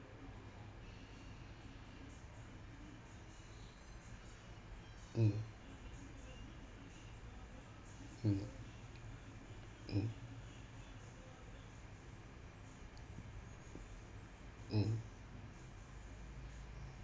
mm mm mm mm